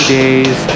days